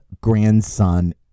grandson